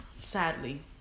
sadly